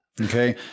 Okay